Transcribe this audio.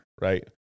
right